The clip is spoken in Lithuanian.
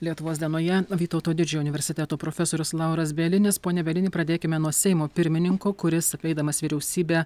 lietuvos dienoje vytauto didžiojo universiteto profesorius lauras bielinis pone bielini pradėkime nuo seimo pirmininko kuris apeidamas vyriausybę